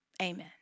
Amen